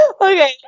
okay